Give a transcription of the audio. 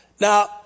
Now